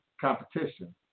competition